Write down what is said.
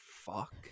fuck